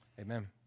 Amen